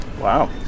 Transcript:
wow